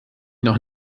noch